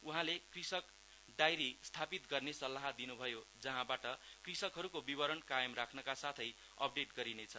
उहाले कृषक डाइरी स्थापित गर्ने सल्लाह दिन्भयो जहाँबाट कृषकहरूको विवरण कायम राख्नका साथै अपडेट् गरिनेछ